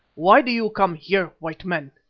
why do you come here, white men,